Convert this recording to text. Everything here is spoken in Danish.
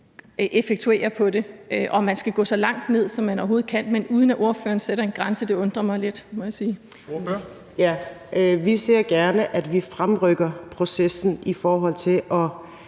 effektuere på det, og at man skal gå så langt ned, som man overhovedet kan, men uden at ordføreren sætter en grænse? Det undrer mig lidt, må jeg sige. Kl. 11:54 Formanden (Henrik Dam